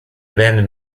band